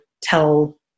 tell